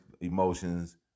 emotions